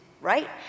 right